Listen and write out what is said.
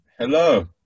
Hello